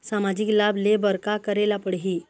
सामाजिक लाभ ले बर का करे ला पड़ही?